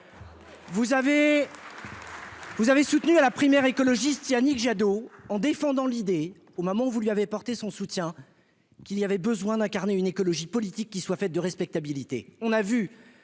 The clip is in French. Vous avez soutenu à la primaire écologiste Yannick Jadot en défendant l'idée au moment où vous lui avez apporté son soutien, qu'il y avait besoin d'incarner une écologie politique qui soit faite de respectabilité, on a vu